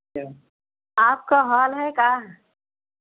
आपका हॉल है क्या